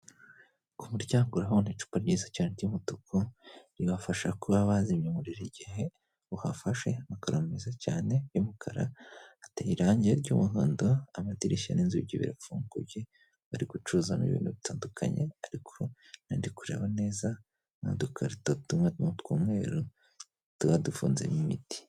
Ku muryango urabona icupa ryiza cyane ry'umutuku ribafasha kuba bazimye umuriro igihe uhafashe, amakaro meza cyane y'umukara ateye irangi ry'umuhondo, amadirishya n'inzugi birafunguye bari gucuruzamo ibintu bitandukanye ariko narindi kureba neza n'udukarito tunini tw'umweru tuba dufunzemo imiti.